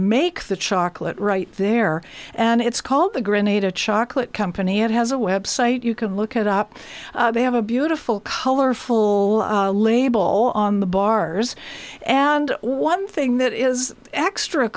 make the chocolate right there and it's called the grenada chocolate company it has a website you can look at up they have a beautiful colorful label on the bars and one thing that is extra